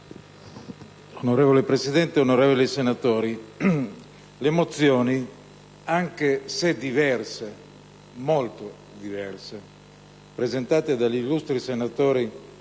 Signora Presidente, onorevoli senatori, le mozioni, anche se molto diverse, presentate dagli illustri senatori